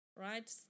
right